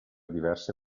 diverse